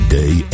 day